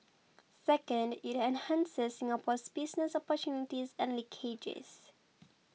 second it enhances Singapore's business opportunities and linkages